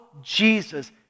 Jesus